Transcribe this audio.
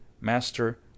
master